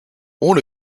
one